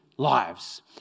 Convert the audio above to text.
lives